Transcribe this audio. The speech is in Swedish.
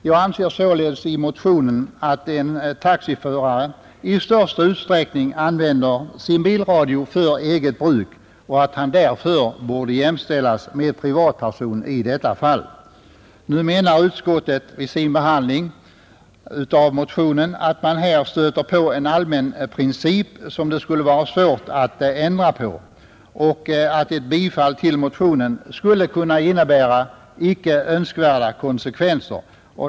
Jag anför således i motionen att en taxiförare i största utsträckning använder sin bilradio för eget bruk och därför borde jämställas med privatperson i detta fall. Utskottet har vid behandlingen av motionen anfört att man här stöter på en allmän princip, som det skulle vara svårt att ändra på, och att ett bifall till motionen skulle kunna få icke önskvärda konsekvenser.